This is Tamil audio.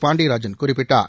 பாண்டியராஜன் குறிப்பிட்டார்